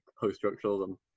post-structuralism